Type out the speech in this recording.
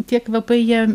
tie kvapai jie